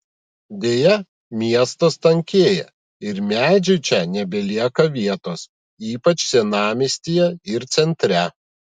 deja miestas tankėja ir medžiui čia nebelieka vietos ypač senamiestyje ir centre